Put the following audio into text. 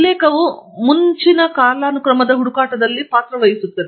ಉಲ್ಲೇಖವು ಮುಂಚಿನ ಕಾಲಾನುಕ್ರಮದ ಹುಡುಕಾಟದಲ್ಲಿ ಪಾತ್ರವಹಿಸುತ್ತದೆ